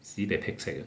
sibeh pek cek